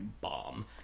bomb